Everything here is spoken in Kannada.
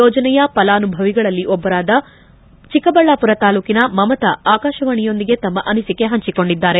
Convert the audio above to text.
ಯೋಜನೆಯ ಫಲಾನುಭವಿಗಳಲ್ಲಿ ಒಬ್ಬರಾದ ಚಿಕ್ಕಬಳ್ಣಾಪುರ ತಾಲೂಕಿನ ಮಮತಾ ಆಕಾಶವಾಣಿಯೊಂದಿಗೆ ತಮ್ಮ ಅನಿಸಿಕೆ ಹಂಚಿಕೊಂಡಿದ್ದಾರೆ